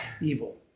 evil